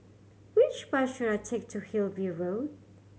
which bus should I take to Hillview Road